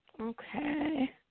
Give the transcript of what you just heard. Okay